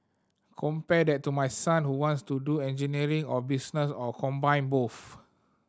compare that to my son who wants to do engineering or business or combine both